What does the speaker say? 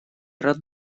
рад